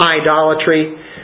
idolatry